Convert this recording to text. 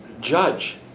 judge